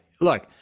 look